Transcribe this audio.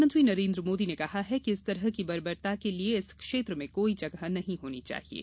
प्रधानमंत्री नरेन्द्र मोदी ने कहा है कि इस तरह की बर्बरता के लिये इस क्षेत्र में कोई जगह नहीं होनी चाहिये